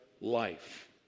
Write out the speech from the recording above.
life